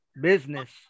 business